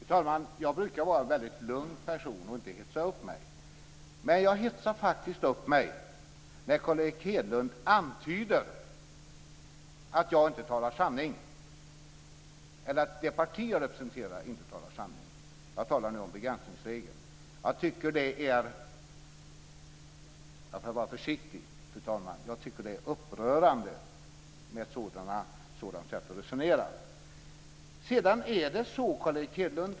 Fru talman! Jag brukar vara en väldigt lugn person och inte hetsa upp mig. Men jag hetsar faktiskt upp mig när Carl Erik Hedlund antyder att jag inte talar sanning, eller att det parti jag representerar inte talar sanning. Jag talar nu om begränsningsregeln. För att vara försiktig, fru talman: Jag tycker att det är upprörande med ett sådant sätt att resonera.